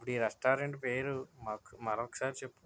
ఈ రెస్టారెంట్ పేరు మరొక్కసారి చెప్పు